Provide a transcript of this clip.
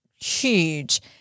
huge